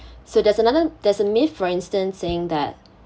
so there's another there's a myth for instance saying that